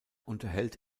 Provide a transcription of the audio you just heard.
unterhält